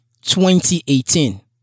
2018